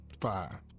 Five